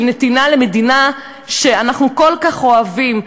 של נתינה למדינה שאנחנו כל כך אוהבים.